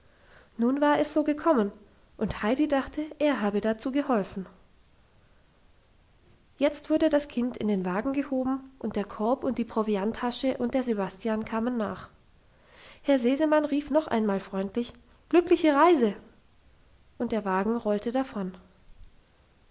nun war es so gekommen und heidi dachte er habe dazu geholfen jetzt wurde das kind in den wagen gehoben und der korb und die provianttasche und der sebastian kamen nach herr sesemann rief noch einmal freundlich glückliche reise und der wagen rollte davon